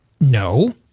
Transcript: No